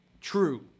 True